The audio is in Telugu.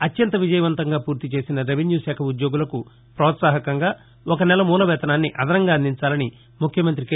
అత్యంత విజయవంతంగా పూర్తి చేసిన రెవెన్యూ శాఖ ఉద్యోగులకు ప్రపోత్పాహకంగా ఒక నెల మూల వేతనాన్ని అదనంగా అందించాలని ముఖ్యమంగ్రి కె